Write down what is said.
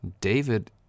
David